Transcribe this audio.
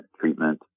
treatment